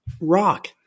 rock